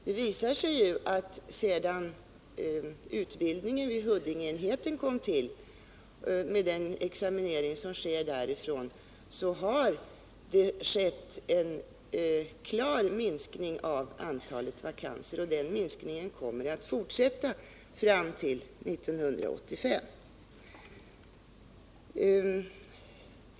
Sedan utbildningen och examineringen vid Huddingeenheten kom till har det skett en klar minskning av antalet vakanser, och den minskningen kommer att fortsätta fram till 1985.